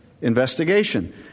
investigation